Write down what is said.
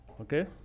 Okay